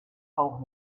auch